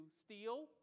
steal